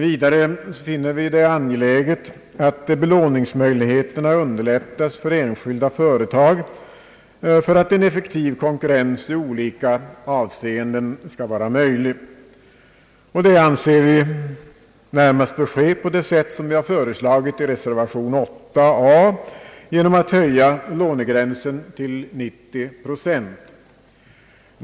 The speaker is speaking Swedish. Vidare finner vi det angeläget att belåningsmöjligheterna underlättas för enskilda företag för att en effektiv konkurrens i olika avseenden skall bli möjlig. Detta bör kunna ske på det sätt som vi föreslagit i reservation 8 a genom att höja lånegränsen till 90 procent.